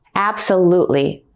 absolutely.